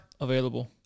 Available